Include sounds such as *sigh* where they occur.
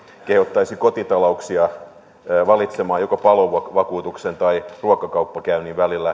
kehottaisi kotitalouksia valitsemaan palovakuutuksen tai ruokakauppakäynnin välillä *unintelligible*